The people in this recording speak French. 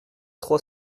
trois